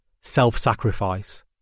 Self-Sacrifice